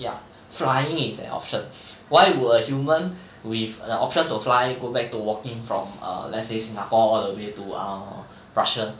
ya flying is an option why will human with the option to fly go back to walking from err let's say singapore all the way to err russia